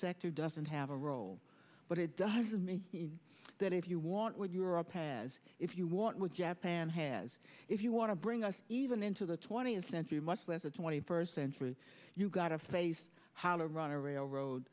sector doesn't have a role but it doesn't mean that if you want europe as if you want what jap an has if you want to bring us even into the twentieth century much less a twenty first century you've got to face how to run a railroad